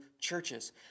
churches